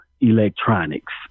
electronics